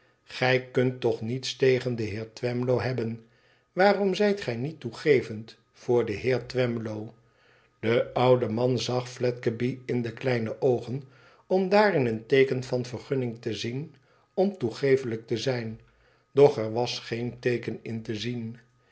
gij kunt toch niets tegen den heer twemlow hebben waarom zijt gij niet toegevend voor den heer twemlow de oude man zag fledgeby in de kleine oogen om daarin een teeken van vergunning te zien om toegeeflijk te zijn doch er was geen teeken b te zien